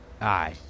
Aye